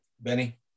Benny